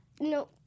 no